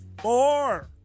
four